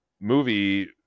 movie